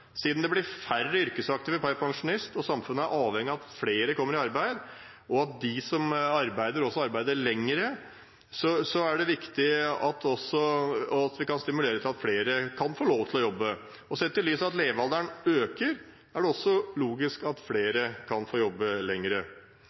Siden det blir færre yrkesaktive per pensjonist, er samfunnet avhengig av at flere kommer i arbeid, og at de som arbeider, også arbeider lenger. Det er viktig at vi stimulerer til at flere kan jobbe. Sett i lys av at levealderen øker, er det også logisk at flere kan få jobbe